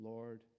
Lord